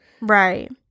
Right